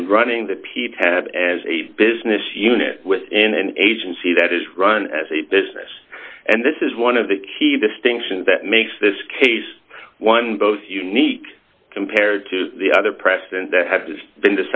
and running that pete had as a business unit within an agency that is run as a business and this is one of the key distinction that makes this case one both unique compared to the other precedent that have been